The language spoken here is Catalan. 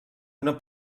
una